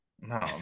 No